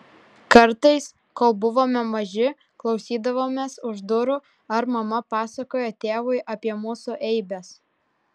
kartais kol buvome maži klausydavomės už durų ar mama pasakoja tėvui apie mūsų eibes